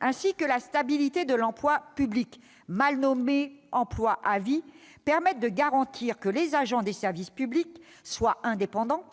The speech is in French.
ainsi que la stabilité de l'emploi public, le mal nommé « emploi à vie », permettent de garantir que les agents des services publics soient indépendants